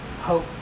hope